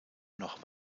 noch